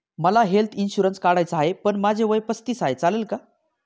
मला health insurance काढायचा आहे पण माझे वय पस्तीस आहे, चालेल का?